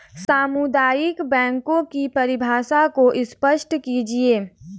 सामुदायिक बैंकों की परिभाषा को स्पष्ट कीजिए?